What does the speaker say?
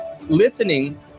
listening